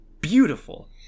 beautiful